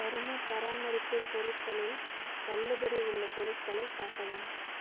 சரும பராமரிப்பு பொருட்களில் தள்ளுபடி உள்ள பொருட்களை காட்டவும்